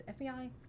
fbi